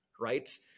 right